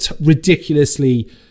ridiculously